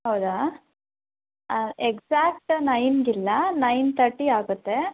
ಹೌದ ಎಕ್ಸಾಕ್ಟ್ ನೈನ್ಗಿಲ್ಲ nine thirty ಆಗುತ್ತೆ